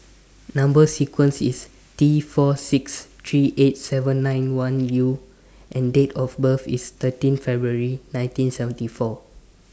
Number sequence IS T four six three eight seven nine one U and Date of birth IS thirteen February nineteen seventy four